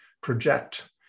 project